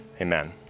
Amen